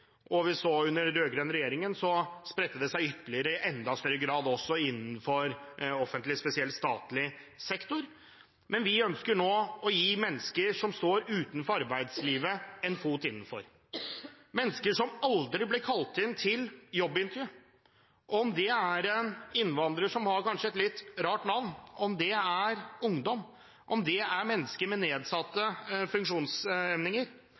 og vi så at det under den rød-grønne regjeringen spredte seg ytterligere, i enda større grad, også innenfor offentlig, spesielt statlig, sektor. Vi ønsker nå å gi mennesker som står utenfor arbeidslivet en fot innenfor, mennesker som aldri ble kalt inn til jobbintervju – om det er en innvandrer som kanskje har et litt rart navn, om det er ungdom, om det er mennesker med